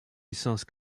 licence